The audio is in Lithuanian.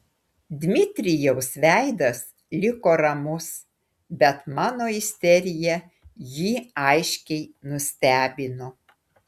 dmitrijaus veidas liko ramus bet mano isterija jį aiškiai nustebino